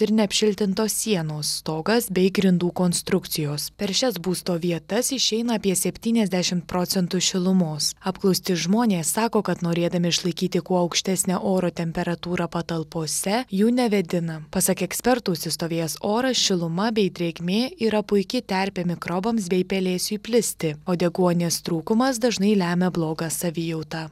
ir neapšiltintos sienos stogas bei grindų konstrukcijos per šias būsto vietas išeina apie septyniasdešimt procentų šilumos apklausti žmonės sako kad norėdami išlaikyti kuo aukštesnę oro temperatūrą patalpose jų nevėdina pasak ekspertų užsistovėjęs oras šiluma bei drėgmė yra puiki terpė mikrobams bei pelėsiui plisti o deguonies trūkumas dažnai lemia blogą savijautą